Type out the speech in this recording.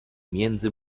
między